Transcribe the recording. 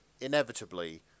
inevitably